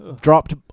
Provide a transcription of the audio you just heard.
dropped